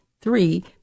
three